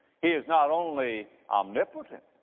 he is not only omnipotent,